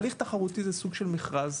הליך תחרותי זה סוג של מכרז.